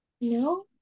no